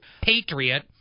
Patriot